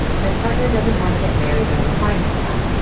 my partner doesn't want to get married. and i'm fine with that.